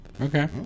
Okay